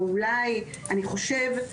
או אולי אני חושב,